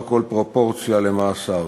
פרופורציה למעשיו.